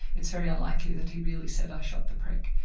it's very unlikely that he really said i shot the prick,